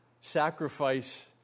Sacrifice